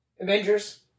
Avengers